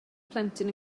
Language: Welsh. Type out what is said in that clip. plentyn